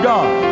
God